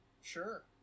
Sure